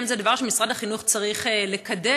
האם זה דבר שמשרד החינוך צריך לקדם?